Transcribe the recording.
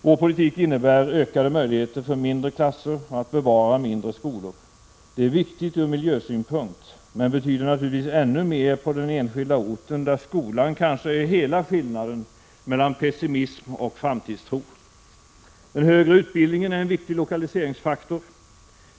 Vår politik innebär ökade möjligheter för mindre klasser och för att bevara mindre skolor. Detta är viktigt ur miljösynpunkt, men det betyder naturligtvis ännu mer på den enskilda orten, där skolan kanske är hela skillnaden mellan pessimism och framtidstro. Den högre utbildningen är en viktig lokaliseringsfaktor.